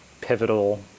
pivotal